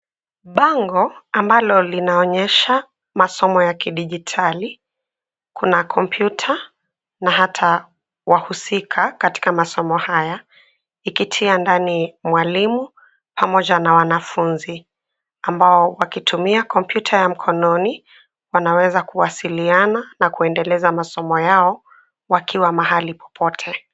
Bango ambalo linaonyesha masomo ya kidijitali, kuna kompyuta na hata wahusika katika masomo haya, ikitia ndani mwalimu pamoja na wanafunzi ambao wakitumia kompyuta ya mkononi, wanaweza kuwasiliana na kuendeleza masomo yao wakiwa mahali popote.